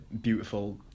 beautiful